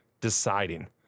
deciding